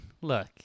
look